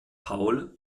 paul